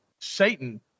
satan